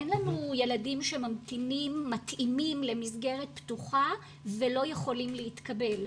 אין לנו ילדים ממתינים שממתינים למסגרת פתוחה ולא יכולים להתקבל.